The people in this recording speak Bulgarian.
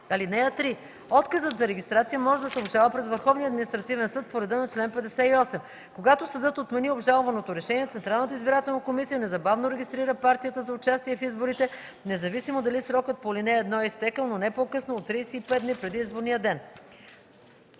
(3) Отказът за регистрация може да се обжалва пред Върховния административен съд по реда на чл. 58. Когато съдът отмени обжалваното решение, Централната избирателна комисия незабавно регистрира коалицията за участие в изборите, независимо дали срокът по ал. 1 е изтекъл, но не по-късно от 35 дни преди изборния ден.